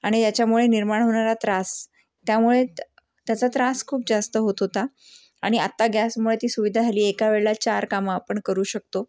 आणि याच्यामुळे निर्माण होणारा त्रास त्यामुळे त त्याचा त्रास खूप जास्त होत होता आणि आत्ता गॅसमुळे ती सुविधा झाली आहे एका वेळेला चार कामं आपण करू शकतो